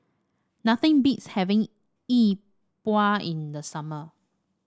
nothing beats having Yi Bua in the summer